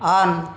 on